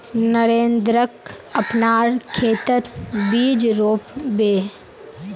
नरेंद्रक अपनार खेतत बीज रोप बे